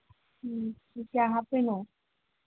ꯎꯝ ꯀꯌꯥ ꯍꯥꯞꯇꯣꯏꯅꯣ